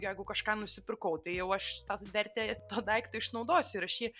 jeigu kažką nusipirkau tai jau aš tą vertę to daikto išnaudosiu ir aš jį